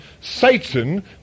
Satan